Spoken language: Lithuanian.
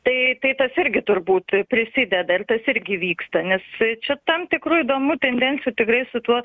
tai tai tas irgi turbūt prisideda ir tas irgi vyksta nes čia tam tikrų įdomių tendencijų tikrai su tuo